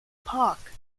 park